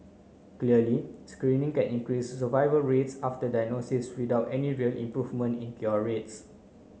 clearly screening can increase survival rates after diagnosis without any real improvement in cure rates